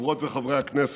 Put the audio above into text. חברות וחברי הכנסת,